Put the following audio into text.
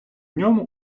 ньому